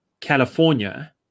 california